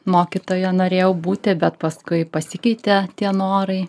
mokytoja norėjau būti bet paskui pasikeitė tie norai